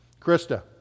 Krista